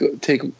take